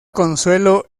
consuelo